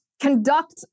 conduct